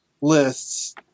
lists